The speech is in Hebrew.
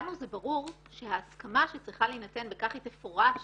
לנו זה ברור שההסכמה שצריכה להינתן, בכך היא תפורש